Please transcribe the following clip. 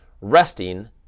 resting